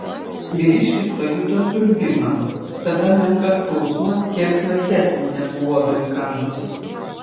vyriškis pajuto siurbimą tada menką skausmą kiek smarkesnį negu uodui įkandus